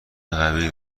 قوی